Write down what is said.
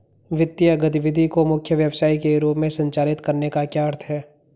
वित्तीय गतिविधि को मुख्य व्यवसाय के रूप में संचालित करने का क्या अर्थ है?